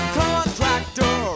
contractor